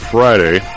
Friday